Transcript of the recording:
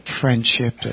Friendship